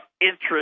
interest